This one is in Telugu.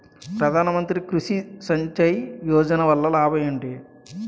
ప్రధాన మంత్రి కృషి సించాయి యోజన వల్ల లాభం ఏంటి?